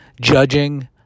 Judging